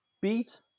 Beat